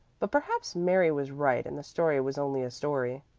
but perhaps mary was right and the story was only a story.